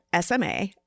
SMA